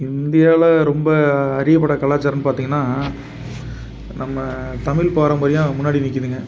இந்தியாவுல ரொம்ப அறியப்பட்ட கலாச்சாரம் பார்த்தீங்கன்னா நம்ம தமிழ் பாரம்பரியம் முன்னாடி நிற்குதுங்க